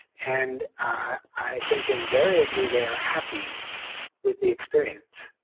and i think invariably they are happy with the experience.